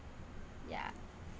ya